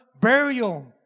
burial